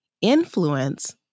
influence